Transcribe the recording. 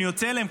אני יוצא אליהם,